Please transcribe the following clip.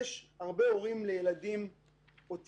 יש הרבה הורים לילדים אוטיסטים,